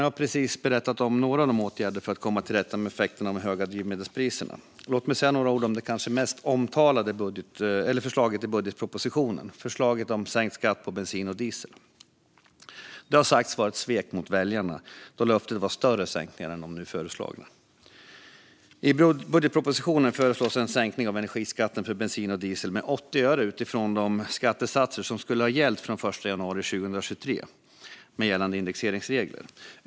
Jag har precis berättat om några av åtgärderna för att komma till rätta med effekterna av de höga drivmedelspriserna. Låt mig även säga några ord om det kanske mest omtalade förslaget i budgetpropositionen, nämligen förslaget om sänkt skatt på bensin och diesel. Det har sagts vara ett svek mot väljarna då större sänkningar än de nu föreslagna utlovades. I budgetpropositionen föreslås en sänkning av energiskatten för bensin och diesel med 80 öre utifrån de skattesatser som skulle ha gällt från den 1 januari 2023, med gällande indexeringsregler.